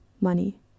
money